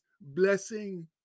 blessing